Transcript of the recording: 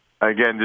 again